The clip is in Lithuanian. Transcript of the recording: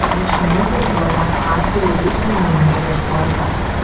mišinukų blogiausiu atveju reikia namie ieškoti